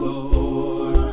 Lord